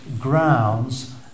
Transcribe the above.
grounds